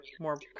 More